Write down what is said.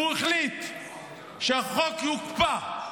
והוא החליט שהחוק יוקפא.